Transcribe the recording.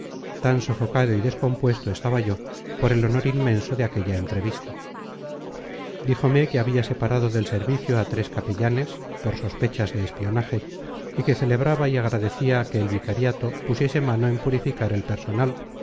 tan sofocado y descompuesto estaba yo por el honor inmenso de aquella entrevista díjome que había separado del servicio a tres capellanes por sospechas de espionaje y que celebraba y agradecía que el vicariato pusiese mano en purificar el personal